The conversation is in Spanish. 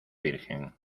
virgen